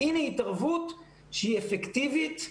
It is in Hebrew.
הנה התערבות שהיא אפקטיבית,